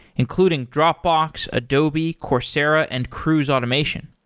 including dropbox, adobe, coursera and cruise automation.